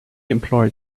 employed